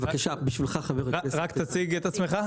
רק תציג את עצמך.